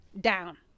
down